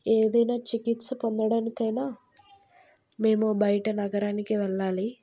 ఏదైనా చికిత్స పొందడానికైనా మేము బయట నగరానికి వెళ్ళాలి